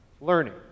learning